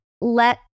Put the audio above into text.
let